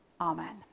Amen